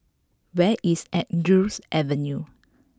where is Andrews Avenue